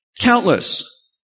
countless